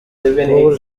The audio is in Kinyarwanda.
pour